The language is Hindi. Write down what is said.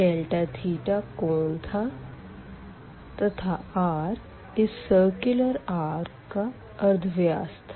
डेल्टा थीटा कोण था तथा r इस सर्कुलर आर्क का अर्धव्यास था